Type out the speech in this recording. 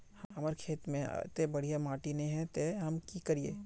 हमर खेत में अत्ते बढ़िया माटी ने है ते हम की करिए?